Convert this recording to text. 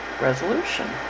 resolution